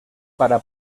para